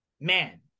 man